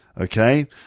Okay